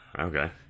Okay